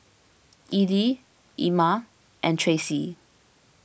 Ellie Ima and Tracey